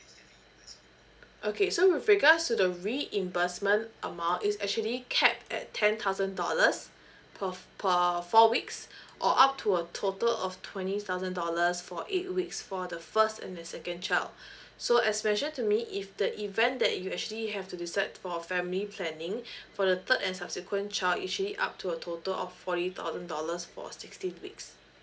okay so with regards to the reimbursement amount it's actually capped at ten thousand dollars per per four weeks or up to a total of twenty thousand dollars for eight weeks for the first and the second child so as mentioned to me if the event that you actually have to decide for a family planning for the third and subsequent child actually up to a total of forty thousand dollars for sixteen weeks